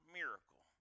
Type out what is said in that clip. miracle